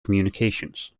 communications